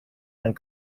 and